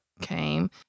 came